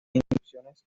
instrucciones